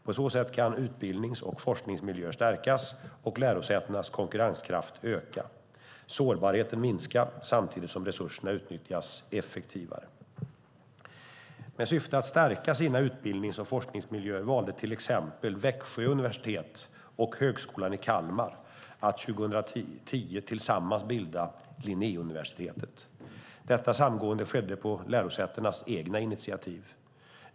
På så sätt kan utbildnings och forskningsmiljöer stärkas och lärosätenas konkurrenskraft öka och sårbarheten minska samtidigt som resurserna utnyttjas effektivare. Med syfte att stärka sina utbildnings och forskningsmiljöer valde exempelvis Växjö universitet och Högskolan i Kalmar att 2010 tillsammans bilda Linnéuniversitetet. Detta samgående skedde på lärosätenas eget initiativ.